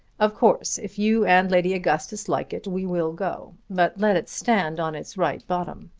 of course if you and lady augustus like it, we will go. but let it stand on its right bottom.